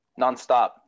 nonstop